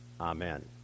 Amen